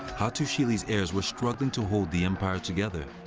hattusili's heirs were struggling to hold the empire together.